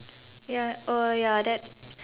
ya orh ya that